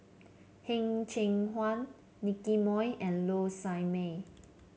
Heng Cheng Hwa Nicky Moey and Low Sanmay